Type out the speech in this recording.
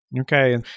Okay